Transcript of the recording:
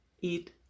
eat